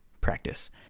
practice